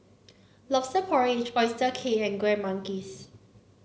Lobster Porridge Oyster Cake and Kueh Manggis